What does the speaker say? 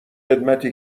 خدمتی